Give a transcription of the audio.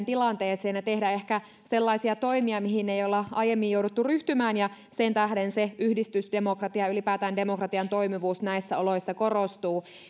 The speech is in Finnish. tilanteeseen ja tehdä ehkä sellaisia toimia mihin ei ole aiemmin jouduttu ryhtymään ja sen tähden yhdistysdemokratia ylipäätään demokratian toimivuus näissä oloissa korostuu